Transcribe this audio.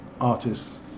artists